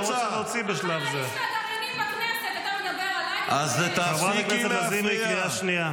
חברת הכנסת לזימי, את בקריאה ראשונה.